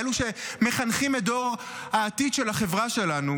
אלו שמחנכים את דור העתיד של החברה שלנו,